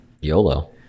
YOLO